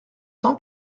san